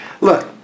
look